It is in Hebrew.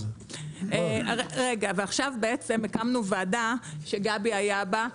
עכשיו הקמנו ועדה שגבי היה בה,